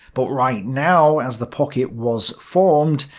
but right now, as the pocket was formed,